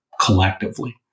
collectively